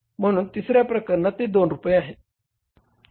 म्हणून तिसर्या प्रकरणात ते 2 रुपये आहे